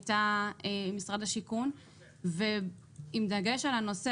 הייתה עם משרד השיכון ועם דגש על הנושא